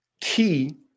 key